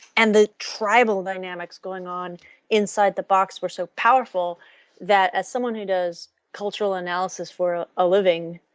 and the tribal dynamics going on inside the box was so powerful that as someone who does cultural analysis for a living,